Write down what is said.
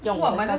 用我